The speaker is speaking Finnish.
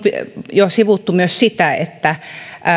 jo sivuttu myös sitä että